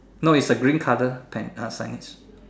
no it's a green color pen uh signs